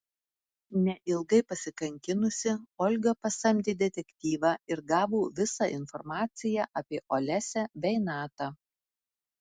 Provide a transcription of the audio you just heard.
neilgai pasikankinusi olga pasamdė detektyvą ir gavo visą informaciją apie olesią bei natą